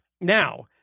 Now